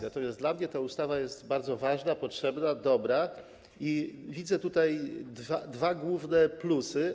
Natomiast dla mnie ta ustawa jest bardzo ważna, potrzebna, dobra i widzę tutaj dwa główne plusy.